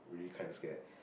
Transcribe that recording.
really kind of scared